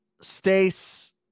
Stace